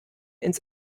ins